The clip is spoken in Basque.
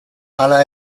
hala